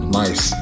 nice